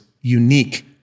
unique